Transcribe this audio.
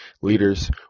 leaders